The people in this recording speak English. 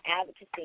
advocacy